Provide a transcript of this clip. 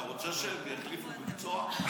אתה רוצה שהם יחליפו מקצוע?